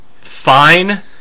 fine